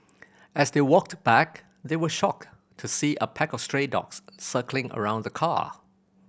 as they walked back they were shocked to see a pack of stray dogs circling around the car